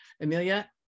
Amelia